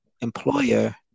employer